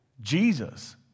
Jesus